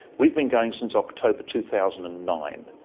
we've been going since october two thousand and nine.